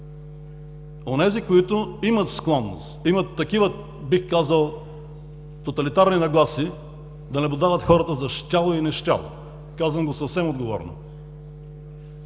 онези, които имат склонност, бих казал имат тоталитарни нагласи да наблюдават хората за щяло и не щяло. Казвам го съвсем отговорно.